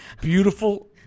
beautiful